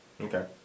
Okay